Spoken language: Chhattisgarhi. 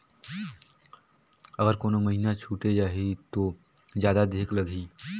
अगर कोनो महीना छुटे जाही तो जादा देहेक लगही?